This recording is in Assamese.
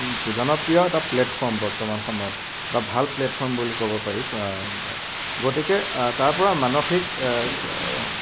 জনপ্ৰিয় এটা প্লেটফৰ্ম বৰ্তমান সময়ত বা ভাল প্লেটফৰ্ম বুলি ক'ব পাৰি গতিকে তাৰপৰা মানসিক